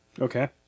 Okay